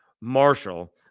Marshall